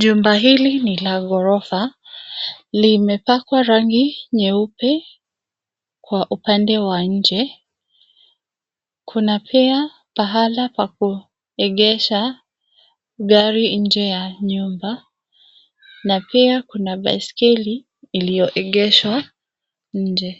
Jumba hili ni la gorofa; limepakwa rangi nyeupe kwa upande wa nje. Kuna pia pahala pa kuegesha gari nje ya nyumba na pia kuna baiskeli iliyoegeshwa nje.